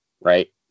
right